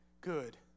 good